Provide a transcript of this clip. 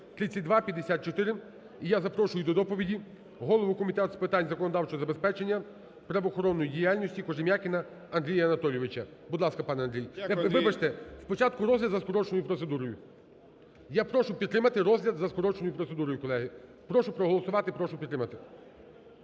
3254. І я запрошую до доповіді голову Комітету з питань законодавчого забезпечення правоохоронної діяльності Кожемякіна Андрія Анатолійовича. Будь ласка, пане Андрій. Вибачте, спочатку розгляд за скороченою процедурою. Я прошу підтримати розгляд за скороченою процедурою, колеги. Прошу проголосувати, прошу підтримати.